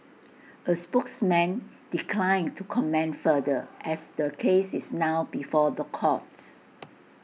A spokesman declined to comment further as the case is now before the courts